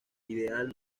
ideal